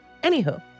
Anywho